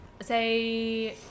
Say